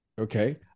Okay